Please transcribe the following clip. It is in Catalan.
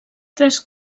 tres